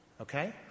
Okay